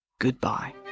goodbye